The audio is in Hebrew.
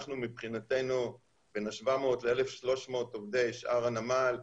אנחנו מבחינתנו, בין ה-700 ל1,300 עובדי שאר הנמל,